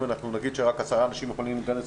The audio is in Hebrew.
אם אנחנו נגיד שרק 10 אנשים יכולים להיכנס